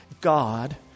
God